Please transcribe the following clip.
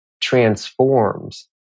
transforms